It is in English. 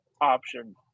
option